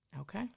okay